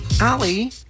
Ali